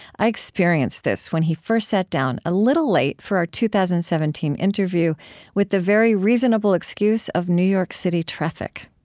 i experienced this when he first sat down a little late for our two thousand and seventeen interview with the very reasonable excuse of new york city traffic